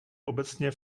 obecně